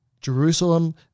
Jerusalem